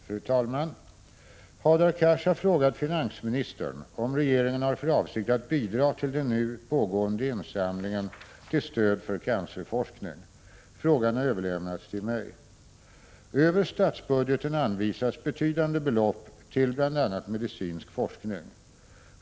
Fru talman! Hadar Cars har frågat finansministern om regeringen har för avsikt att bidra till den nu pågående insamlingen till stöd för cancerforskning. Frågan har överlämnats till mig. Över statsbudgeten anvisas betydande belopp till bl.a. medicinsk forskning.